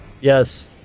Yes